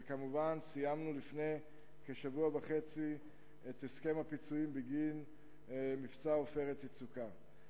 ולפני כשבוע וחצי סיימנו את הסכם הפיצויים בגין מבצע "עופרת יצוקה".